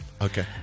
Okay